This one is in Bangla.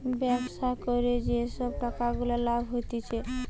ব্যবসা করে যে সব টাকা গুলা লাভ হতিছে